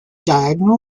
diagonal